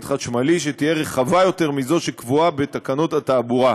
חשמלי שתהיה רחבה יותר מזו שקבועה בתקנות התעבורה.